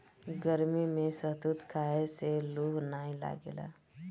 गरमी में शहतूत खाए से लूह नाइ लागेला